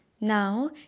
Now